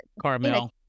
Carmel